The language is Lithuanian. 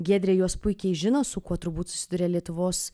giedrė juos puikiai žino su kuo turbūt susiduria lietuvos